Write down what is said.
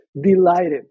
delighted